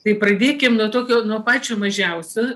tai pradėkim nuo tokio nuo pačio mažiausio